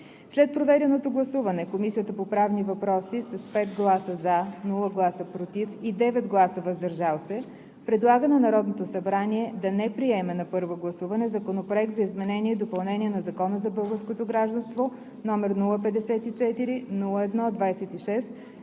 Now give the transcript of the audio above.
След проведеното гласуване Комисията по правни въпроси с 5 гласа „за“, без гласове „против“ и 9 гласа „въздържал се“ предлага на Народното събрание да не приеме на първо гласуване Законопроект за изменение и допълнение на Закона за българското гражданство, № 054-01-26,